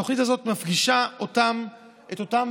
התוכנית הזאת מפגישה אותם, את אותם